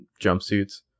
jumpsuits